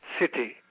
city